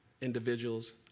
individuals